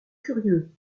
curieux